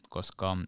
koska